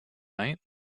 night